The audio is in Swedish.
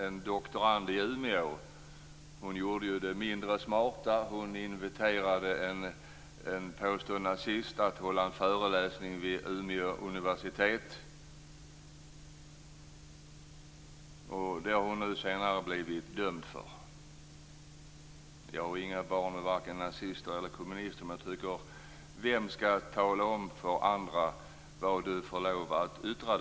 En doktorand i Umeå gjorde ju det mindre smarta att invitera en påstådd nazist att hålla en föreläsning vid Umeå universitet. Detta har hon senare blivit dömd för. Jag har inga barn med vare sig nazister eller kommunister, men jag undrar vem som skall tala om för andra vad de får lov att yttra.